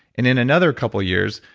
and in another couple years,